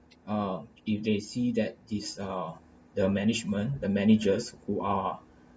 ah if they see that these are the management the managers who are